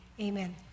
amen